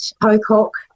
Pocock